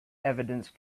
evidence